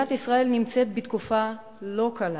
מדינת ישראל נמצאת בתקופה לא קלה,